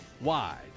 wide